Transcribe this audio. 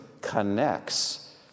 connects